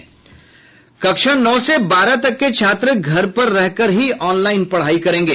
कक्षा नौ से बारह तक के छात्र घर पर रह कर ही ऑनलाइन पढ़ाई करेंगे